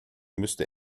müsste